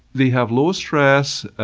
they have low stress,